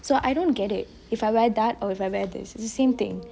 so I don't get it if I wear that or I wear this is the same thing